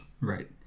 right